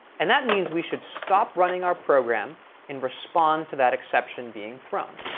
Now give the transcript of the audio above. and that means we should stop running our program and respond to that exception being thrown.